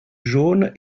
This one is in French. jaune